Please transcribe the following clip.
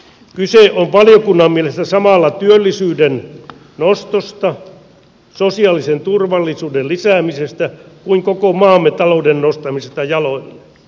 kyse on valiokunnan mielestä samalla niin työllisyyden nostosta sosiaalisen turvallisuuden lisäämisestä kuin koko maamme talouden nostamisesta jaloilleen